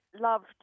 loved